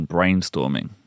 Brainstorming